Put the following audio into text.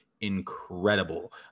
incredible